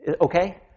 Okay